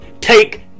take